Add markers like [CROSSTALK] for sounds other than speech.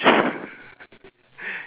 ~ger [LAUGHS]